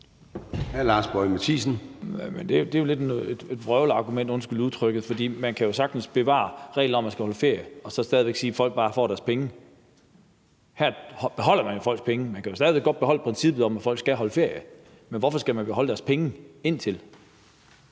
det er jo lidt et vrøvleargument, undskyld udtrykket, for man kan jo sagtens bevare reglen om, at man skal holde ferie, og så stadig væk sige, at folk bare får deres penge. Her beholder man jo folks penge. Man kan vel stadig væk godt beholde princippet om, at folk skal holde ferie. Men hvorfor skal man holde deres penge indtil